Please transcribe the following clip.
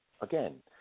again